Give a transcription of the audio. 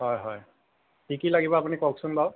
হয় হয় কি কি লাগিব আপুনি কওকচোন বাৰু